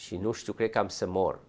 she knows to pick up some more